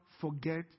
forget